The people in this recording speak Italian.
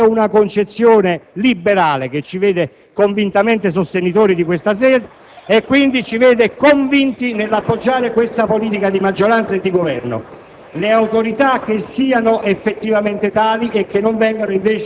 la totale autonomia delle Autorità. Questa è una concezione liberale di cui siamo convintamente sostenitori e che quindi ci vede convinti nell'appoggiare questa politica di maggioranza e di Governo.